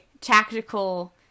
tactical